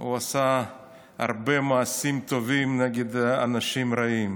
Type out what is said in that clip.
הוא עשה הרבה מעשים טובים נגד אנשים רעים,